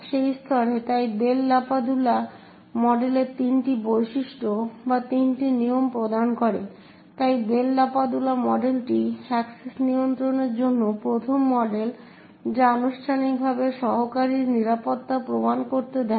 সেই স্তরে তাই বেল লাপাদুলা মডেল তিনটি বৈশিষ্ট্য বা তিনটি নিয়ম প্রদান করে তাই বেল লাপাদুলা মডেলটি অ্যাক্সেস নিয়ন্ত্রণের জন্য প্রথম মডেল যা আনুষ্ঠানিকভাবে সহকারীর নিরাপত্তা প্রমাণ করতে দেয়